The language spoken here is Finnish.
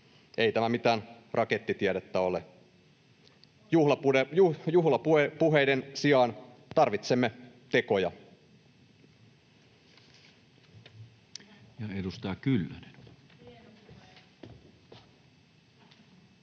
Ei tämä mitään rakettitiedettä ole. Juhlapuheiden sijaan tarvitsemme tekoja.